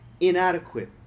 inadequate